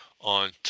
on